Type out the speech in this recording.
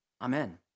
Amen